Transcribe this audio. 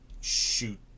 shoot